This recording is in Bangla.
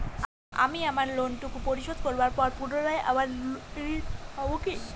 আমি আমার লোন টুকু পরিশোধ করবার পর পুনরায় আবার ঋণ পাবো কি?